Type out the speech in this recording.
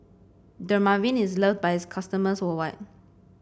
Dermaveen is loved by its customers worldwide